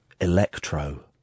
Electro